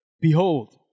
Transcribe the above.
Behold